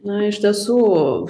na iš tiesų